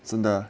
真的